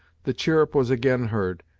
the chirrup was again heard,